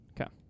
Okay